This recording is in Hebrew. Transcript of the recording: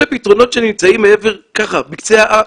אלה פתרונות שנמצאים בקצה האף,